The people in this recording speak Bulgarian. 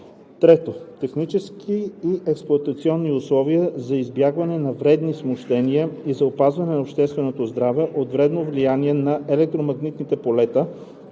3. технически и експлоатационни условия за избягване на вредни смущения и за опазване на общественото здраве от вредното влияние на електромагнитните полета,